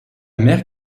mer